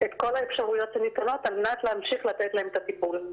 את כל האפשרויות שניתנות על מנת להמשיך לתת להם את הטיפול.